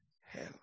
hell